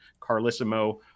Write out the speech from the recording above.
Carlissimo